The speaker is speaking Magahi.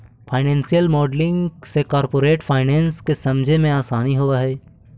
फाइनेंशियल मॉडलिंग से कॉरपोरेट फाइनेंस के समझे मेंअसानी होवऽ हई